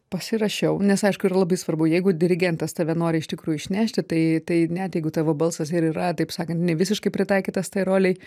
pasirašiau nes aišku yra labai svarbu jeigu dirigentas tave nori iš tikrųjų išnešti tai tai net jeigu tavo balsas ir yra taip sakant ne visiškai pritaikytas tai rolei